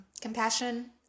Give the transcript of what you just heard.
compassion